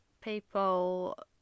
people